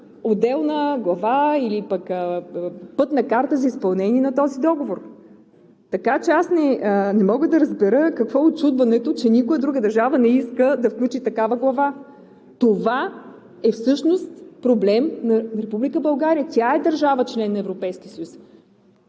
отделна глава или пък пътна карта за изпълнение на този договор. Така че не мога да разбера какво е учудването, че никоя друга държава не иска да включи такава глава? Това е всъщност проблем на Република България. Тя е държава – член на